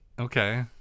okay